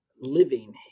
living